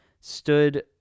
stood